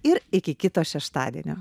ir iki kito šeštadienio